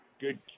good